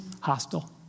hostile